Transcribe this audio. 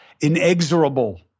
inexorable